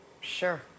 Sure